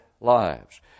lives